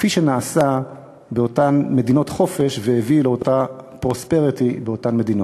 כפי שנעשה באותן מדינות חופש והביא לאותו פרוספריטי באותן מדינות.